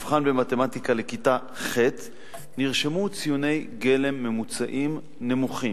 במבחן במתמטיקה לכיתה ח' נרשמו ציוני גלם ממוצעים נמוכים.